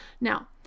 Now